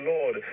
Lord